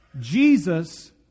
Jesus